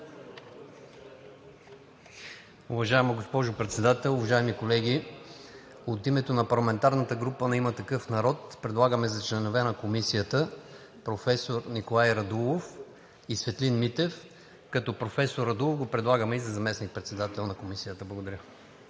Уважаема госпожо Председател, уважаеми колеги, от името на парламентарната група на „Има такъв народ“ предлагаме за членове на комисията професор Николай Радулов и Светлин Стоянов, като професор Радулов го предлагаме и за заместник-председател на комисията. Благодаря.